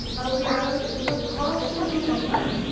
i'll be bound, is not half so good as mine!